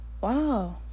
wow